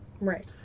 Right